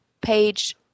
Page